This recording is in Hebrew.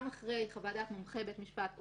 גם אחרי חוות דעת מומחה בית משפט,